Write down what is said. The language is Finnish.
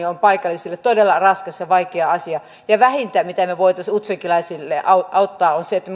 on paikallisille todella raskas ja vaikea asia vähintä miten me voisimme utsjokelaisia auttaa on se että